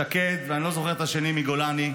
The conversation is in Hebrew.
שקד ואני לא זוכר את שם השני, מגולני,